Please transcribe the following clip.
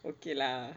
okay lah